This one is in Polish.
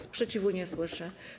Sprzeciwu nie słyszę.